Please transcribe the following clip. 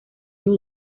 you